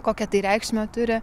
kokią tai reikšmę turi